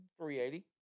380